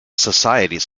societies